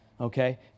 okay